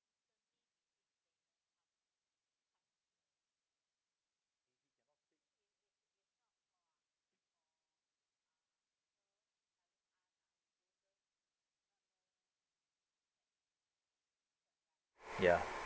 ya